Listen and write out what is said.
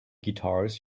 guitars